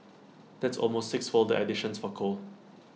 that's almost sixfold the additions for coal